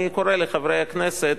ואני קורא לחברי הכנסת